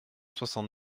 soixante